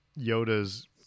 Yoda's